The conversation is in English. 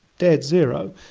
dead zero,